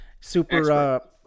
super